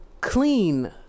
Clean